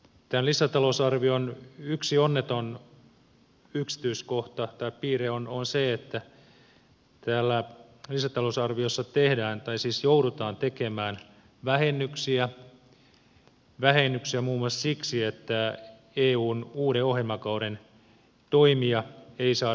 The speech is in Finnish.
tämän lisätalousarvion yksi onneton yksityiskohta tai piirre on se että täällä lisätalousarviossa tehdään tai siis joudutaan tekemään vähennyksiä vähennyksiä muun muassa siksi että eun uuden ohjelmakauden toimia ei saada käynnistymään